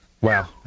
Wow